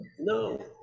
no